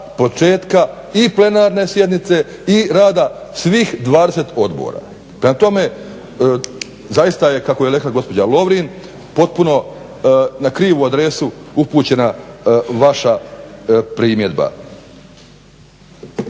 početka i plenarne sjednice i rada svih 20 odbora. Prema tome, zaista je kako je rekla gospođa Lovrin, potpuno na krivu adresu upućena vaša primjedba.